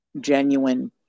genuine